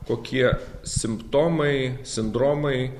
kokie simptomai sindromai